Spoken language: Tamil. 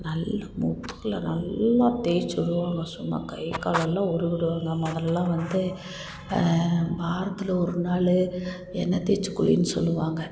நல்லா முதுகில் நல்லா தேய்ச்சுவுடுவாங்க சும்மா கை கால்லெல்லாம் உருவி உடுவாங்க முதல்லாம் வந்து வாரத்தில் ஒரு நாள் எண்ணெய் தேய்ச்சு குளின்னு சொல்லுவாங்கள்